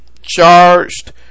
charged